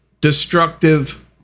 destructive